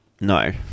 No